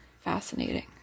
fascinating